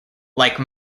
like